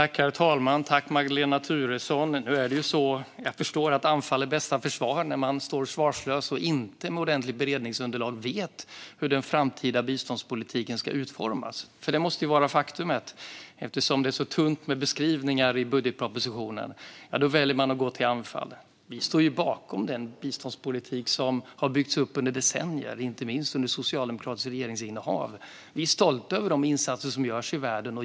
Herr talman! Jag förstår att anfall är bästa försvar när man står svarslös och utan ett ordentligt beredningsunderlag inte vet hur den framtida biståndspolitiken ska utformas. Faktum är att det är tunt med beskrivningar i budgetpropositionen, och då väljer man att gå till anfall. Vi står bakom den biståndspolitik som har byggts upp under decennier, inte minst under socialdemokratiskt regeringsinnehav. Vi är stolta över de insatser som görs i världen.